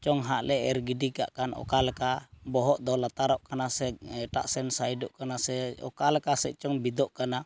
ᱪᱚᱝ ᱦᱟᱸᱜ ᱞᱮ ᱮᱨ ᱜᱤᱰᱤ ᱠᱟᱜ ᱠᱟᱱ ᱚᱠᱟ ᱞᱮᱠᱟ ᱵᱚᱦᱚᱜ ᱫᱚ ᱞᱟᱛᱟᱨᱚᱜ ᱠᱟᱱᱟ ᱥᱮ ᱮᱴᱟᱜ ᱥᱮᱱ ᱥᱟᱭᱤᱰᱚᱜ ᱠᱟᱱᱟ ᱥᱮ ᱚᱠᱟ ᱞᱮᱠᱟ ᱥᱮᱡ ᱪᱚᱝ ᱵᱤᱫᱚᱜ ᱠᱟᱱᱟ